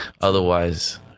Otherwise